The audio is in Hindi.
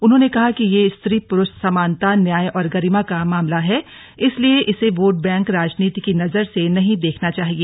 उन्होंने कहा कि यह स्त्री पुरूष समानता न्याय और गरिमा का मामला है इसलिए इसे वोट बैंक राजनीति की नजर से नहीं देखना चाहिए